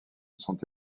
sont